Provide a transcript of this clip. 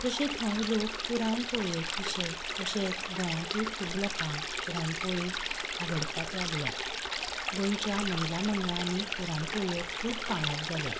जशे थंय लोक पुरण पोळयेक पिशे तशेंच गोंयांतूय खूब लोकांक पुरण पोळी आवडपाक लागल्यात गोंयच्या महिला मंडळांनी पुरण पोळ्यो खूब फामाद जाल्यात